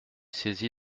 saisie